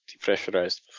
depressurized